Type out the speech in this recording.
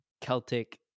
Celtic